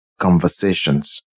conversations